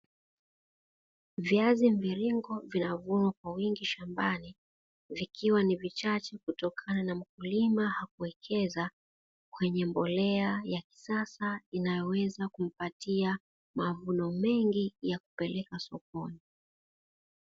Viazi mviringo vinavunwa kwa wingi shambani, vikiwa ni vichache kutokana na mkulima hakuwekeza kwenye mbolea ya kisasa inayoweza kumpatia mavuno mengi ya kupeleka sokoni.